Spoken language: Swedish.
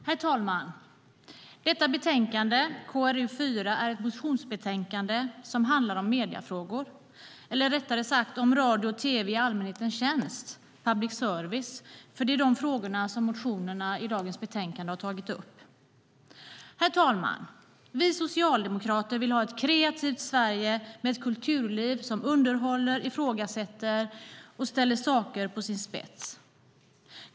Herr talman! Detta betänkande KrU4 är ett motionsbetänkande som handlar om mediefrågor eller rättare sagt om radio och tv i allmänhetens tjänst - public service - för det är de frågorna som motionerna har tagit upp. Herr talman! Vi socialdemokrater vill ha ett kreativt Sverige med ett kulturliv som underhåller, ifrågasätter och ställer saker på sin spets.